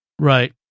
Right